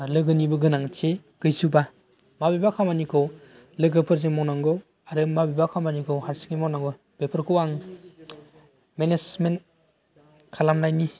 लोगोनिबो गोनांथि गैजोबा माबेबा खामानिखौ लोगोफोरजों मावनांगौ आरो माबेबा खामानिखौ हारसिङै मावनांगौ बेफोरखौ आं मेनेजमेन्ट खालामनायनि